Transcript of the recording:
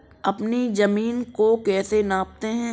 अपनी जमीन को कैसे नापते हैं?